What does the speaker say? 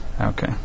okay